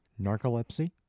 Narcolepsy